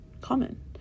common